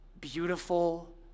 beautiful